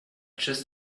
just